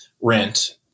rent